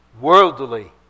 worldly